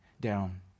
down